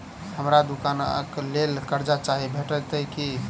हमरा दुकानक लेल कर्जा चाहि भेटइत की?